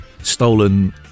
stolen